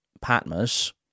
Patmos